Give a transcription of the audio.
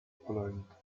pologne